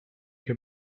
her